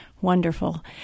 wonderful